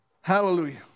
Hallelujah